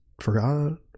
forgot